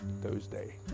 Thursday